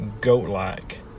goat-like